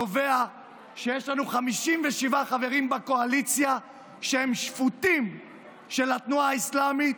נובע מכך שיש לנו 57 חברים בקואליציה שהם שפוטים של התנועה האסלאמית,